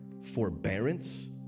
forbearance